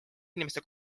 inimeste